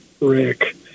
Rick